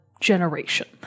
generation